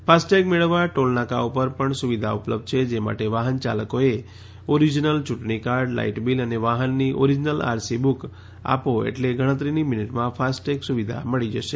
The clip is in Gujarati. ફાસ્ટેગ મેળવવા ટોલ નાકાઓ પર પણ સુવિધા ઉપલબ્ધ છે જે માટે વાહન ચાલકોએ ઓરિજિનલ ચૂંટણીકાર્ડ લાઈટ બીલ અને વાહનની ઓરિજિનલ આરસી બુક આપો એટલે ગણતરીની મિનિટમાં ફાસ્ટટેગ સુવિધા મળી જશે